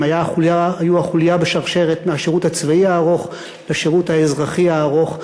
הן היו החוליה בשרשרת מהשירות הצבאי הארוך לשירות האזרחי הארוך,